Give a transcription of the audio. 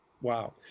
Wow